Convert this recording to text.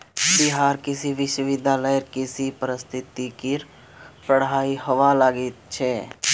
बिहार कृषि विश्वविद्यालयत कृषि पारिस्थितिकीर पढ़ाई हबा लागिल छ